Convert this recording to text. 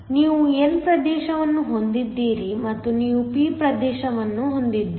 ಆದ್ದರಿಂದ ನೀವು n ಪ್ರದೇಶವನ್ನು ಹೊಂದಿದ್ದೀರಿ ಮತ್ತು ನೀವು p ಪ್ರದೇಶವನ್ನು ಹೊಂದಿದ್ದೀರಿ